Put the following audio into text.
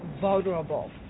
vulnerable